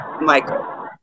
Michael